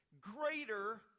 greater